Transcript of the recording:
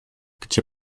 gdzie